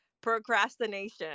Procrastination